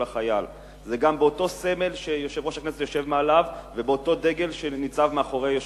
זה גם באותו סמל שיושב-ראש הכנסת יושב מעליו ובאותו דגל שניצב מאחוריו.